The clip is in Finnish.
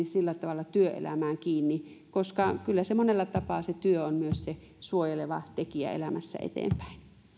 sillä tavalla työelämään kiinni koska kyllä se työ monella tapaa on myös se suojeleva tekijä elämässä eteenpäin